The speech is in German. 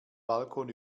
balkon